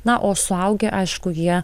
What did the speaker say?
na o suaugę aišku jie